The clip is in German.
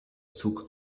zug